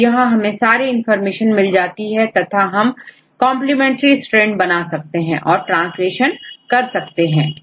तो यहां हमें सारी इनफार्मेशन मिल जाती है तथा हम कंप्लीमेंट्री स्टैंड बना सकते हैं और ट्रांसलेशन कर सकते हैं